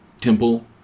temple